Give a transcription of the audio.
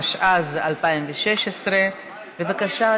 התשע"ז 2016. בבקשה,